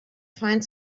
find